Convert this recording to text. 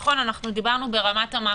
נכון, דיברנו ברמת המקרו,